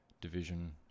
division